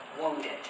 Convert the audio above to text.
wounded